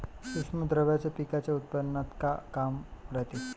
सूक्ष्म द्रव्याचं पिकाच्या उत्पन्नात का काम रायते?